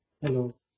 Hello